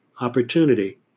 opportunity